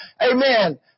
Amen